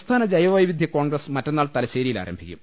സംസ്ഥാന ജൈവവൈവിധ്യ കോൺഗ്രസ് മറ്റന്നാൾ തലശ്ശേ രിയിൽ ആരംഭിക്കും